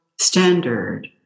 standard